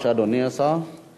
אדוני השר, בבקשה.